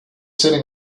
sitting